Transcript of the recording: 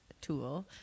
tool